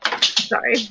Sorry